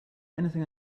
anything